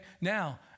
Now